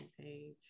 page